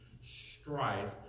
strife